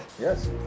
Yes